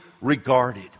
regarded